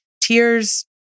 tears